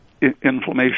inflammation